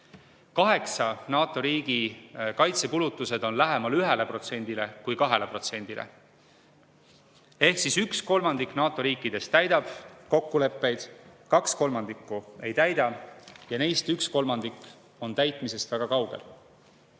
Kaheksa NATO riigi kaitsekulutused on lähemal 1%-le kui 2%-le. Ehk siis üks kolmandik NATO riikidest täidab kokkuleppeid, kaks kolmandikku ei täida ja neist üks kolmandik on täitmisest väga kaugel.